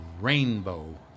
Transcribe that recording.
rainbow